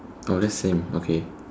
oh that's same okay